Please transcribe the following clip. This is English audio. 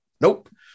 Nope